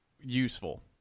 useful